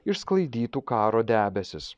išsklaidytų karo debesis